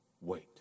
wait